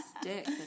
stick